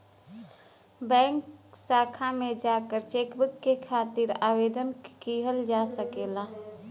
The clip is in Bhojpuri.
बैंक शाखा में जाकर चेकबुक के खातिर आवेदन किहल जा सकला